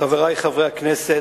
חברי חברי הכנסת,